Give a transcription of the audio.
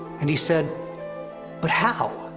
and he said but how?